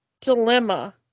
dilemma